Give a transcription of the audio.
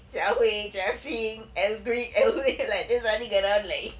jia hui jia xing eldrick elway like just running around like